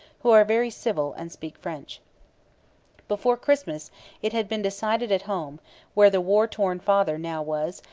who are very civil and speak french before christmas it had been decided at home where the war-worn father now was,